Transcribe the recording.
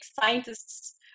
scientists